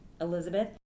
Elizabeth